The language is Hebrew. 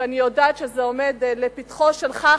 ואני יודעת שזה עומד לפתחך שלך,